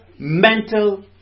mental